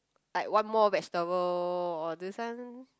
like one more vegetable or this one